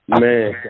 man